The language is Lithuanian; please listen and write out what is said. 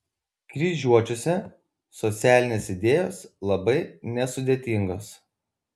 kryžiuočiuose socialinės idėjos labai nesudėtingos